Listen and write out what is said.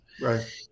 Right